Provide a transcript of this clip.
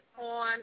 on